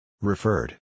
Referred